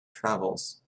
travels